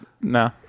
No